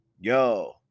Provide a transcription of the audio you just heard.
yo